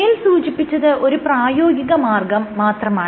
മേൽ സൂചിപ്പിച്ചത് ഒരു പ്രായോഗിക മാർഗ്ഗം മാത്രമാണ്